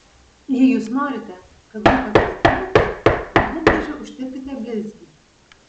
jei jūs norite kad lūpos blizgėtų ant lūpdažio užtepkite blizgį